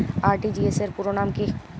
RTGS পুরো নাম কি?